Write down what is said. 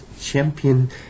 champion